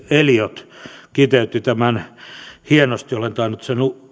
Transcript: eliot kiteytti tämän hienosti olen tainnut